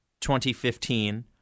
2015